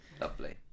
lovely